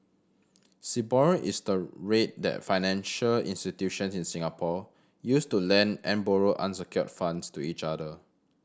Sibor is the rate that financial institutions in Singapore use to lend and borrow unsecured funds to each other